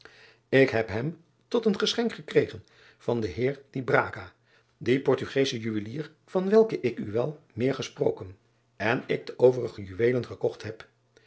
k heb hem tot een geschenk gekregen van den eer dien ortugeeschen juwelier van welken ik u wel meer gesproken en ik de overige juweelen gekocht heb